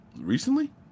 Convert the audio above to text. recently